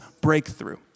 breakthrough